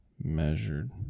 measured